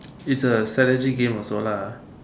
it's a strategic game also lah